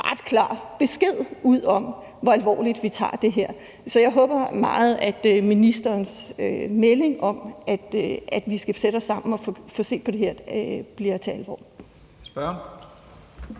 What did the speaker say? ret klar besked ud om, hvor alvorligt vi tager det her, så jeg håber meget, at ministerens melding om, at vi skal sætte os sammen og få set på det her, bliver til alvor.